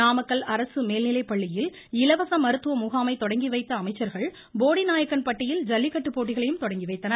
நாமக்கல் அரசு மேல்நிலைப்பள்ளியில் இலவச மருத்துவ முகாமை தொடங்கி வைத்த அமைச்சர்கள் போடிநாயக்கன்பட்டியில் ஜல்லிக்கட்டு போட்டிகளையும் தொடங்கி வைத்தனர்